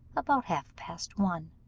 about half-past one.